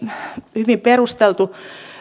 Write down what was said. hyvin perusteltu